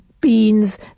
beans